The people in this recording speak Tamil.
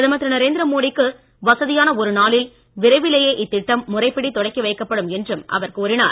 பிரதமர் திரு நரேந்திர மோடிக்கு வசதியான ஒரு நாளில் விரைவிலேயே இத்திட்டம் முறைப்படி தொடக்கி வைக்கப்படும் என்றும் அவர் கூறினார்